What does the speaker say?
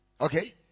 okay